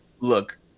look